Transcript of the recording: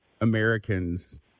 Americans